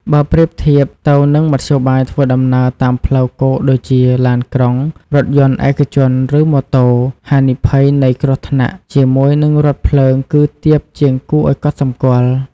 បើប្រៀបធៀបទៅនឹងមធ្យោបាយធ្វើដំណើរតាមផ្លូវគោកដូចជាឡានក្រុង រថយន្តឯកជន ឬម៉ូតូ ហានិភ័យនៃគ្រោះថ្នាក់ជាមួយនឹងរថភ្លើងគឺ ទាបជាងគួរឱ្យកត់សម្គាល់។